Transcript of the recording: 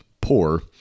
poor